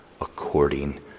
according